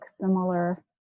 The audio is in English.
similar